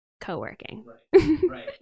co-working